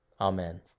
Amen